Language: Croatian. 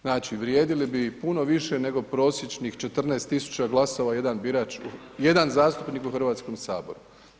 Znači vrijedili bi puno više nego prosječnih 14 tisuća glasova jedan birač, jedan zastupnik u Hrvatskom saboru.